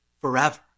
forever